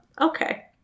okay